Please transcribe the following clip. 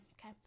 okay